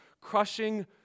crushing